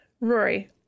Rory